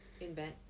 invent